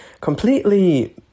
completely